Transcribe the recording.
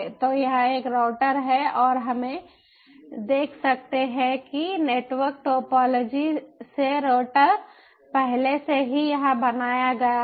तो यह एक राउटर है और हम देख सकते हैं कि नेटवर्क टोपोलॉजी से राउटर पहले से ही यहां बनाया गया है